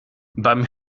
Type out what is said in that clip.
beim